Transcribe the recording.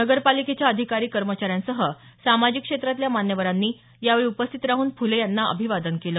नगरपालिकेच्या अधिकारी कर्मचाऱ्यांसह सामाजिक क्षेत्रातल्या मान्यवरांनी यावेळी उपस्थित राहून फुले यांना अभिवादन केलं